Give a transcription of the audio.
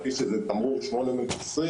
שזה תמרור 820,